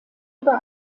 über